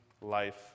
life